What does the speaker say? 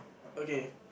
okay